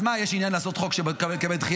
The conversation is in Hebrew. אז מה, יש עניין לעשות חוק שיקבל דחייה?